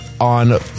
on